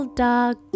dog